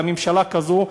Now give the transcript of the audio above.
וממשלה כזאת,